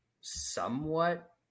somewhat